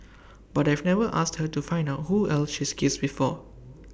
but I've never asked her to find out who else she's kissed before